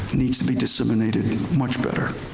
needs to be disseminated much better.